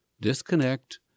disconnect